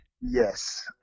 Yes